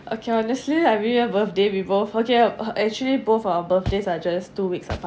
okay honestly every year birthday we both okay uh actually both our birthdays are just two weeks